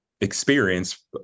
experience